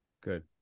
good